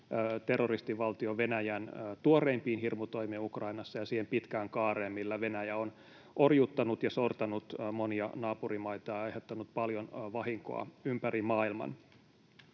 terroristivaltio Venäjän tuoreimpiin hirmutoimiin Ukrainassa ja siihen pitkään kaareen, millä Venäjä on orjuuttanut ja sortanut monia naapurimaitaan ja aiheuttanut paljon vahinkoa ympäri maailman.